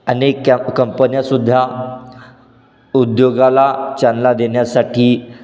अनेक कॅ कंपन्यासुद्धा उद्योगाला चालना देण्यासाठी